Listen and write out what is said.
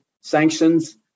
sanctions